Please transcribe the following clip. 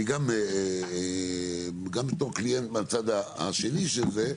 אני גם בתור קליינט מהצד השני של זה,